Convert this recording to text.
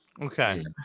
Okay